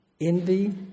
envy